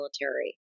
military